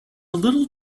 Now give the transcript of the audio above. little